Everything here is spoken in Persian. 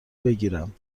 بگیرم